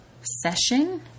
session